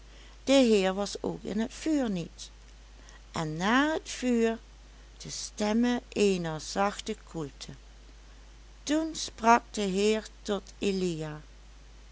de heer was ook in het vuur niet en na het vuur de stemme eener zachte koelte toen sprak de heer tot elia